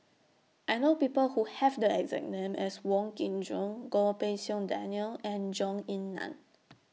I know People Who Have The exact name as Wong Kin Jong Goh Pei Siong Daniel and Zhou Ying NAN